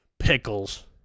Pickles